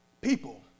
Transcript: people